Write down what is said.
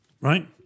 right